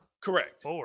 Correct